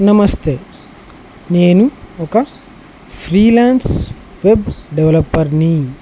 నమస్తే నేను ఒక ఫ్రీలాన్స్ వెబ్ డెవలపర్ని